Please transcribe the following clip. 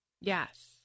Yes